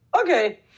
okay